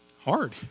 hard